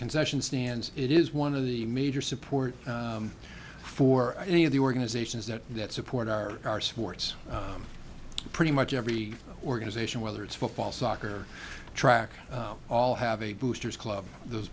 concession stands it is one of the major support for any of the organizations that support our our sports pretty much every organization whether it's football soccer track all have a booster club those